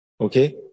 Okay